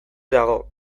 dago